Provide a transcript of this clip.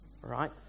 Right